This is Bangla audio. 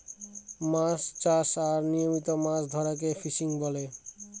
মাছ চাষ আর নিয়মিত মাছ ধরাকে ফিসিং বলে